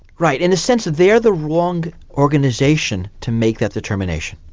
right, in the sense that they are the wrong organisation to make that determination,